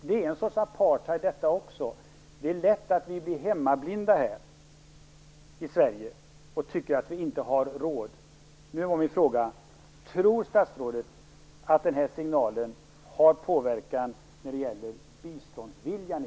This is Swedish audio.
Detta är också en sorts apartheid. Det är lätt att vi blir hemmablinda här i Sverige och tycka att vi inte har råd. Min fråga är: Tror statsrådet att den här signalen har påverkat biståndsviljan i Sverige?